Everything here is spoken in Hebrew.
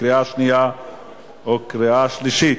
קריאה שנייה וקריאה שלישית.